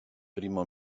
primo